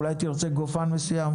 אולי תרצה גופן מסוים.